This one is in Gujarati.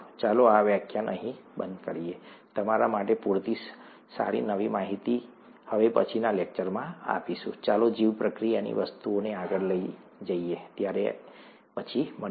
ચાલો આ વ્યાખ્યાન અહીં બંધ કરીએ તમારા માટે પૂરતી સારી નવી માહિતી હવે પછીના લેક્ચરમાં આપીશુ ચાલો જીવપ્રક્રિયાની વસ્તુઓને આગળ લઈ જઈએ ત્યાર પછી મળીએ